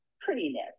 prettiness